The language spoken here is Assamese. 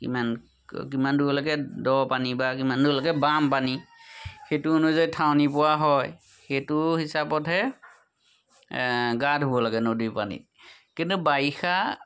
কিমান কিমান দূৰলৈকে দ পানী বা কিমান দূৰলৈকে বাম পানী সেইটো অনুযায়ী ঠাৱনি পোৱা হয় সেইটো হিচাপতহে গা ধুব লাগে নদীৰ পানীত কিন্তু বাৰিষা